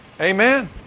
Amen